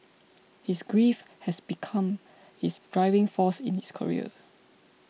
his grief had become his driving force in his career